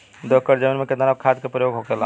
दो एकड़ जमीन में कितना खाद के प्रयोग होखेला?